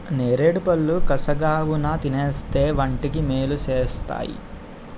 నేరేడుపళ్ళు కసగావున్నా తినేస్తే వంటికి మేలు సేస్తేయ్